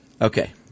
Okay